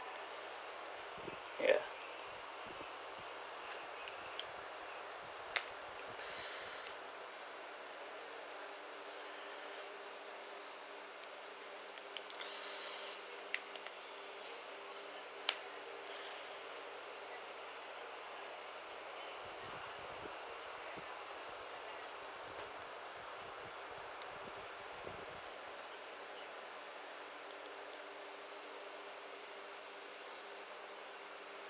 yeah